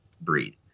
breed